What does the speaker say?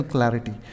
Clarity